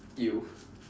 you